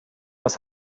was